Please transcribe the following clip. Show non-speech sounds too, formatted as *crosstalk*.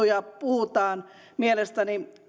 *unintelligible* ja puhutaan mielestäni